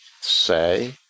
say